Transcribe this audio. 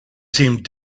seemed